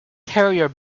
carrier